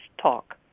talk